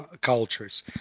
cultures